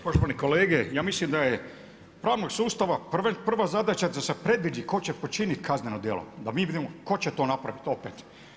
Poštovani kolege ja mislim da je pravnog sustava prva zadaća da se predvidi tko će počiniti kazneno djelo, da mi vidimo tko će to napraviti opet.